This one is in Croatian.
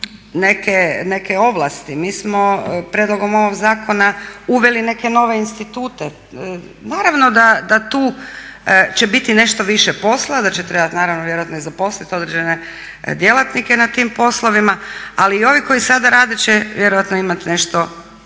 neke ovlasti, mi smo prijedlogom ovog zakona uveli neke nove institute. Naravno da tu će biti nešto više posla, da će trebati naravno vjerojatno i zaposliti određene djelatnike na tim poslovima. Ali i ovi koji sada rade će vjerojatno imati nešto